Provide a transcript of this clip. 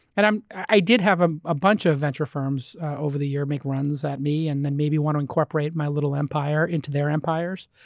and i did have a ah bunch of venture firms over the years make runs at me, and then maybe want to incorporate my little empire into their empires.